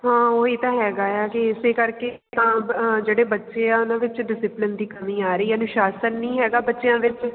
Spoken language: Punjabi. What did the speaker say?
ਹਾਂ ਉਹੀ ਤਾਂ ਹੈਗਾ ਆ ਕਿ ਇਸੇ ਕਰਕੇ ਤਾਂ ਜਿਹੜੇ ਬੱਚੇ ਆ ਉਹਨਾਂ ਵਿੱਚ ਡਿਸਿਪਲਨ ਦੀ ਕਮੀ ਆ ਰਹੀ ਅਨੁਸ਼ਾਸਨ ਨਹੀਂ ਹੈਗਾ ਬੱਚਿਆਂ ਵਿੱਚ